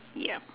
yup